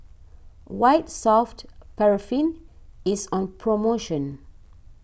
White Soft Paraffin is on promotion